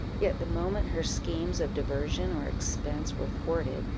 yet the moment her schemes of diversion or expense were thwarted,